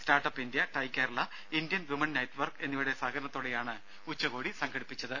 start up India TiE Kerala Indian woman network എന്നിവയുടെ സഹകരണത്തോടെയാണ് ഉച്ചകോടി സംഘടിപ്പിച്ചത്